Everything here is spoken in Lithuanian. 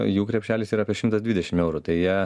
jų krepšelis yra apie šimtas dvidešim eurų tai jie